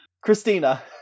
christina